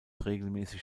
regelmäßig